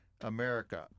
america